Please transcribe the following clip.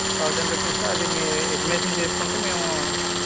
thousand rupees అది మీ admission తీసుకుంటే మేము